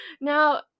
Now